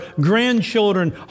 grandchildren